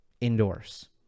indoors